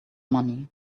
money